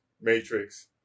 Matrix